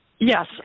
Yes